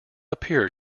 appear